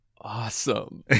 Awesome